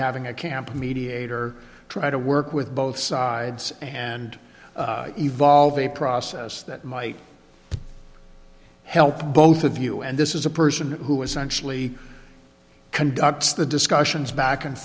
having a camp mediator try to work with both sides and evolve a process that might help both of you and this is a person who essentially conducts the discussions back and